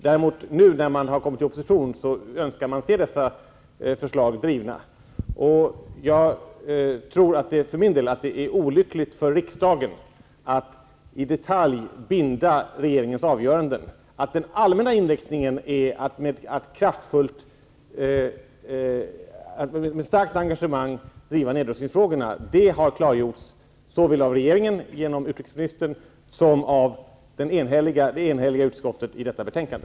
När man nu har kommit i opposition önskar man se dessa förslag drivna. Jag tror för min del att det är olyckligt för riksdagen att i detalj binda regeringens avgöranden. Att den allmänna inriktningen är att med starkt engagemang driva nedrustningsfrågorna har klargjorts såväl av regeringen genom utrikesministern som av det enhälliga utskottet i detta betänkande.